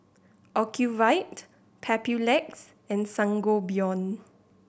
Ocuvite Papulex and Sangobion